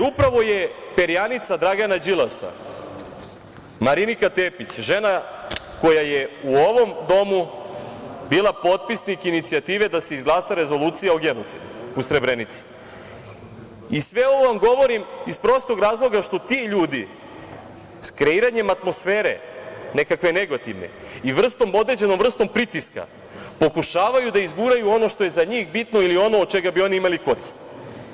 Upravo je perjanica Dragana Đilasa, Marinika Tepić žena koja je u ovom domu bila potpisnik inicijative da se izglasa rezolucija o genocidu u Srebrenici i sve ovo vam govorim iz prostog razloga što ti ljudi sa kreiranjem atmosfere, nekakve negativne, i određenom vrstom pritiska pokušavaju da izguraju ono što je za njih bitno ili ono od čega bi oni imali koristi.